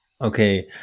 okay